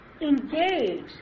engage